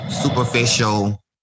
Superficial